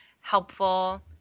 helpful